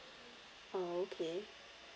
oh okay